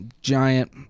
giant